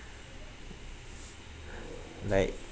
like